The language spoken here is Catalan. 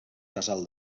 casal